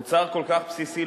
מוצר כל כך בסיסי,